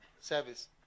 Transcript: service